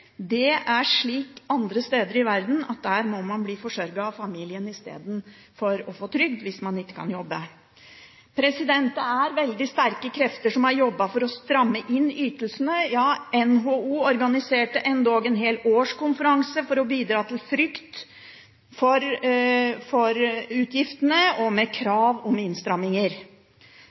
Det er slik andre steder i verden at der må man bli forsørget av familien istedenfor å få trygd, hvis man ikke kan jobbe. Det er veldig sterke krefter som har jobbet for å stramme inn ytelsene. Ja, NHO organiserte endog en hel årskonferanse for å bidra til frykt for utgiftene og med krav om innstramminger.